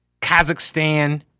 Kazakhstan